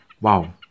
wow